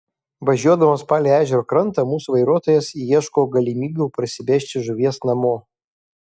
važiuodamas palei ežero krantą mūsų vairuotojas ieško galimybių parsivežti žuvies namo